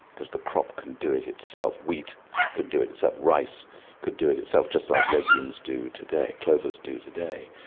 because the crop can do it itself, wheat could do it itself, rice could do it itself, just like legumes do today, clovers do today,